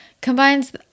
combines